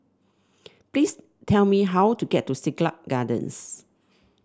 please tell me how to get to Siglap Gardens